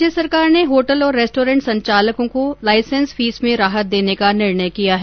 राज्य सरकार ने होटल और रेस्टोरेंट संचालकों को लाइसेंस फीस में राहत देने का निर्णय किया है